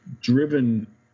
driven